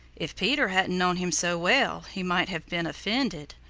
if peter hadn't known him so well he might have been offended.